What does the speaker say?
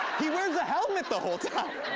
he wears a helmet the whole time.